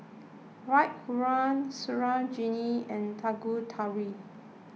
Raghuram Sarojini and Tanguturi